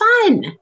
fun